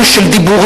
שנים של דיבורים,